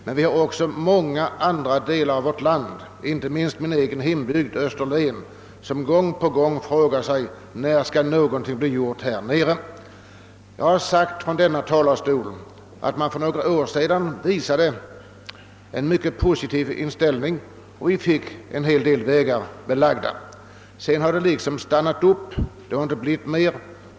Det finns dock många delar av vårt land, inte minst min egen hembygd Österlen, som gång på gång frågar sig när någonting skall bli gjort där. Jag har från denna talarstol sagt att man för några år sedan visade en mycket positiv inställning och att vi då fick en hel del vägar belagda. Men nu har detta liksom stannat upp, det har inte blivit något mera.